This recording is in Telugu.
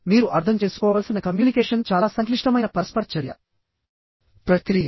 మీరు అర్థం చేసుకోవలసిన కమ్యూనికేషన్ చాలా సంక్లిష్టమైన పరస్పర చర్య ప్రక్రియ